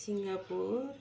Singapore